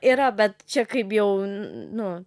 yra bet čia kaip jau n nu